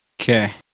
Okay